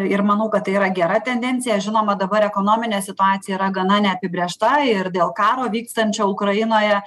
ir manau kad tai yra gera tendencija žinoma dabar ekonominė situacija yra gana neapibrėžta ir dėl karo vykstančio ukrainoje